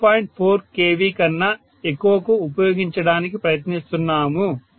4 KV కన్నా ఎక్కువకు ఉపయోగించడానికి ప్రయత్నిస్తున్నాము